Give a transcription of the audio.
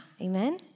Amen